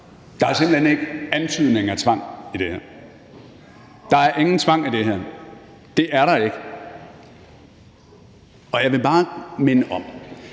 Der er simpelt hen ikke antydning af tvang i det her. Der er ingen tvang i det her, det er der ikke. Og jeg vil bare minde om,